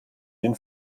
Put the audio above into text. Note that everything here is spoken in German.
den